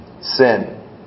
sin